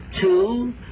Two